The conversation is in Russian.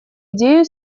идею